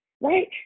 Right